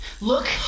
Look